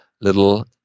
little